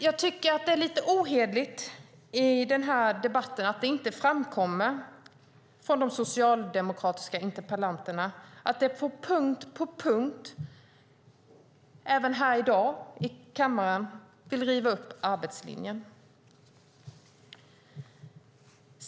Jag tycker att det är lite ohederligt att det inte framkommer i denna debatt från de socialdemokratiska interpellanterna att de på punkt efter punkt, även här i dag i kammaren, vill riva upp arbetslinjen.